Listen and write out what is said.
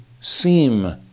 seem